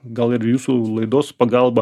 gal ir jūsų laidos pagalba